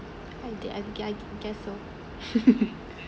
I did I I guess so